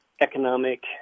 economic